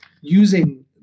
using